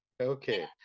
Okay